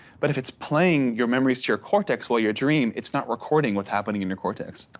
but if it's playing your memories to your cortex, while your dreaming, it's not recording what's happening in your cortex.